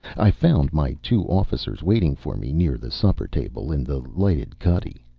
i found my two officers waiting for me near the supper table, in the lighted cuddy.